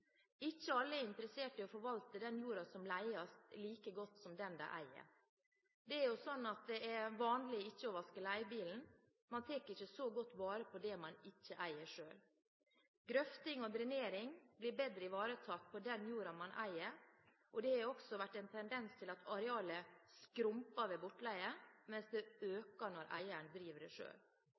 Ikke alle er interessert i å forvalte den jorda som leies, like godt som den de eier. Det er jo sånn at det er vanlig ikke å vaske leiebilen – man tar ikke så godt vare på det man ikke eier selv. Grøfting og drenering blir bedre ivaretatt på den jorda man eier, og det har også vært en tendens til at arealet skrumper ved bortleie, mens det øker når eieren driver